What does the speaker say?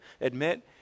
admit